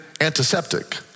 antiseptic